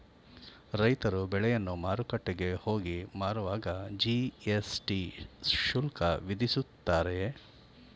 ರೈತರು ಬೆಳೆಯನ್ನು ಮಾರುಕಟ್ಟೆಗೆ ಹೋಗಿ ಮಾರುವಾಗ ಜಿ.ಎಸ್.ಟಿ ಶುಲ್ಕ ವಿಧಿಸುತ್ತಾರೆಯೇ?